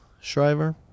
Shriver